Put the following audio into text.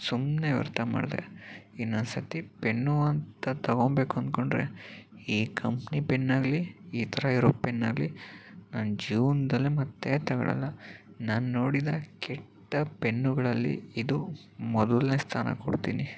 ಸುಮ್ಮನೆ ವ್ಯರ್ಥ ಮಾಡಿದೆ ಇನ್ನೊಂದ್ಸರ್ತಿ ಪೆನ್ನು ಅಂತ ತಗೋಬೇಕು ಅನ್ಕೊಂಡ್ರೆ ಈ ಕಂಪನಿ ಪೆನ್ನಾಗಲಿ ಈ ಥರ ಇರೋ ಪೆನ್ನಾಗಲಿ ನಾನು ಜೇವನದಲ್ಲೇ ಮತ್ತೆ ತಗೊಳೋಲ್ಲ ನಾನು ನೋಡಿದ ಕೆಟ್ಟ ಪೆನ್ನುಗಳಲ್ಲಿ ಇದು ಮೊದಲನೇ ಸ್ಥಾನ ಕೊಡ್ತೀನಿ